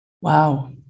Wow